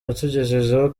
yatugejejeho